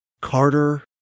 Carter